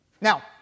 Now